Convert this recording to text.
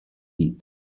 eat